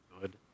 good